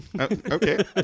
Okay